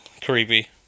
creepy